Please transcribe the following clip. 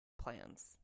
Plans